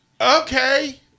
okay